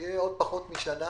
תהיה עוד פחות משנה,